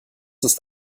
ist